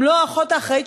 גם לא האחות האחראית,